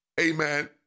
Amen